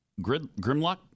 Grimlock